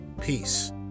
peace